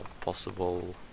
possible